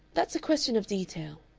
that's a question of detail,